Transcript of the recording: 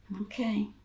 Okay